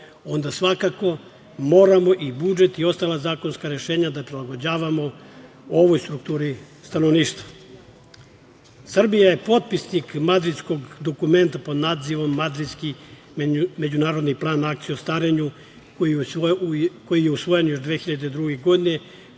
onda svakako moramo i budžet i ostala zakonska rešenja da prilagođavamo ovoj strukturi stanovništva. Srbija je potpisnik madridskog dokumenta pod nazivom Madridski međunarodni plan akcija o starenju, koji je usvojen još 2002. godine,